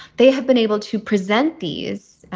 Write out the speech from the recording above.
they have been able to present these,